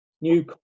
new